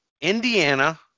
Indiana